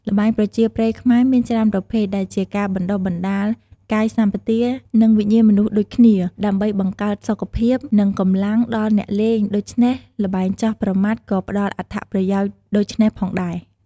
ល្បែងប្រជាប្រិយខ្មែរមានច្រើនប្រភេទ ដែលជាការបណ្ដុះបណ្ដាលកាយសម្បទា និងវិញ្ញាណមនុស្សដូចគ្នា ដើម្បីបង្កើតសុខភាព និងកម្លាំងដល់អ្នកលេង ដូច្នេះល្បែងចោះប្រមាត់ក៏ផ្តល់អត្ថប្រយោជន៍ដូច្នេះផងដែរ។